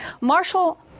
Marshall